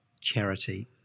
charity